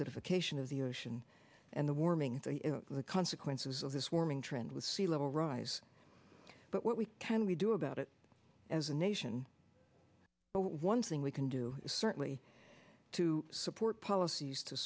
acidification of the ocean and the warming the consequences of this warming trend with sea level rise but what we can we do about it as a nation but one thing we can do is certainly to support policies to